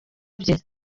bye